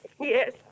Yes